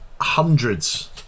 hundreds